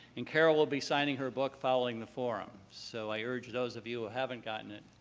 and carole will be signing her book following the forum. so i urge those of you who haven't gotten it,